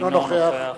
אינו נוכח